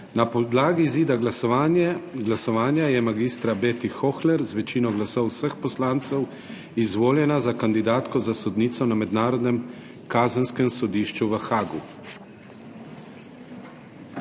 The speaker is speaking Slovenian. Na podlagi izida glasovanja je mag. Beti Hohler z večino glasov vseh poslancev izvoljena za kandidatko za sodnico na Mednarodnem kazenskem sodišču v Haagu.